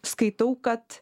skaitau kad